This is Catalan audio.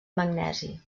magnesi